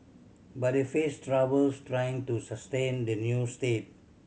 but they face troubles trying to sustain the new state